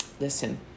Listen